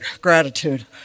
gratitude